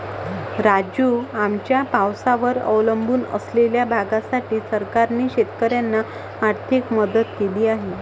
राजू, आमच्या पावसावर अवलंबून असलेल्या भागासाठी सरकारने शेतकऱ्यांना आर्थिक मदत केली आहे